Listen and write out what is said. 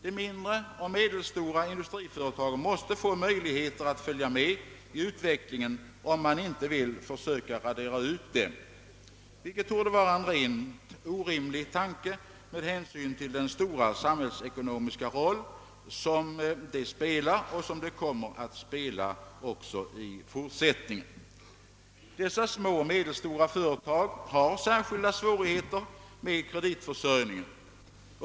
De mindre och medelstora industriföretagen måste få möjligheter att följa med i utvecklingen, om man inte vill försöka radera ut dem, vilket torde vara en rent orimlig tanke med hänsyn till den stora samhällsekonomiska roll som de spelar och kommer att spela fortsättningsvis. Dessa små och medelstora företag har särskilda svårigheter med kreditförsörjningen.